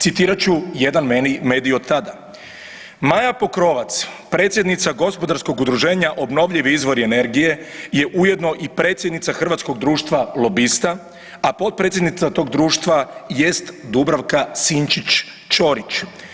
Citirat ću jedna medij od tada, Maja Pokrovac, predsjednica Gospodarskog udruženja Obnovljivi izvori energije je ujedno i predsjednica Hrvatskog društva lobista, a potpredsjednica tog društva jest Dubravka Sinčić Ćorić.